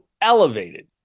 elevated